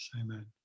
amen